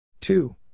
Two